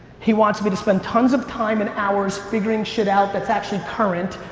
he wants me to spend tons of time and hours figuring shit out that's actually current,